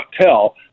tell